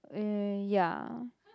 uh ya